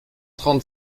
trente